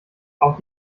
auch